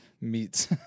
meats